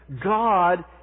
God